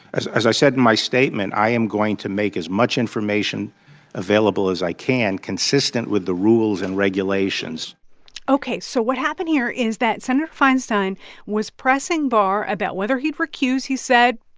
as as i said in my statement, i am going to make as much information available as i can consistent with the rules and regulations ok, so what happened here is that senator feinstein was pressing barr about whether he'd recuse. he said,